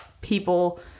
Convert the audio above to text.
people